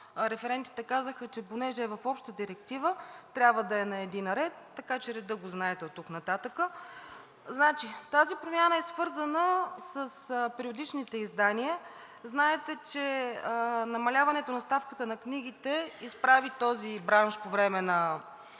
явно, казаха, че понеже е в обща директива, трябва да е на един ред. Така че реда го знаете оттук нататък. Тази промяна е свързана с периодичните издания. Знаете, че намаляването на ставката на книгите изправи този бранш по време на